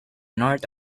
north